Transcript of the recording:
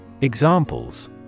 Examples